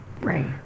Right